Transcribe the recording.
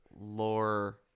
lore